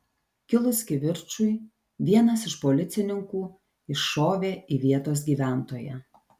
kilus kivirčui vienas iš policininkų iššovė į vietos gyventoją